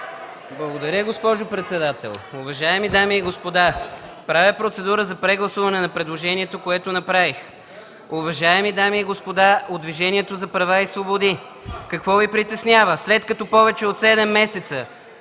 Благодаря, госпожо председател. Уважаеми дами и господа, правя процедурно предложение за прегласуване на предложението, което направих. Уважаеми дами и господа от Движението за права и свободи, какво Ви притеснява, след като повече от седем месеца